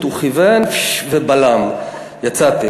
הוא כיוון ובלם ויצאתי.